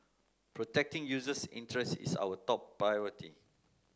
protecting users interests is our top priority